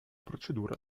procedura